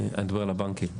אני מדבר על הבנקים.